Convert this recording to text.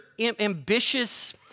ambitious